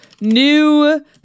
new